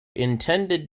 intended